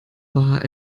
war